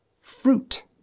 fruit